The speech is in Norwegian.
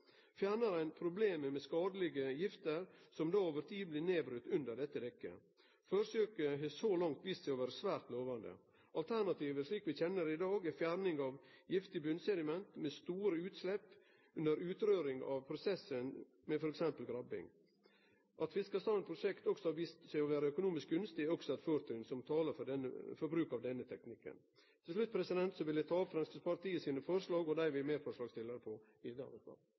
ein problemet med skadelege gifter som over tid blir brotne ned under dette dekket. Forsøket så langt har vist seg å vere svært lovande. Alternativet, slik vi kjenner det i dag, er fjerning av giftig botnsediment, med store utslepp gjennom utrøring under prosessen, f.eks. med grabbing. At prosjektet til Fiskestrand Verft også har vist seg å vere økonomisk gunstig, er eit fortrinn som taler for bruk av denne teknikken. Heilt til slutt vil eg ta opp Framstegspartiet sine forslag og dei forslaga vi er medforslagsstillarar til. Representanten Oskar J. Grimstad har tatt opp de forslagene han refererte til. Det